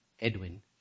Edwin